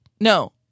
no